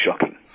shocking